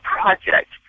project